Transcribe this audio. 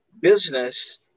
Business